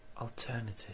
alternative